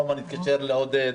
רומן התקשר לעודד.